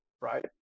right